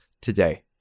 today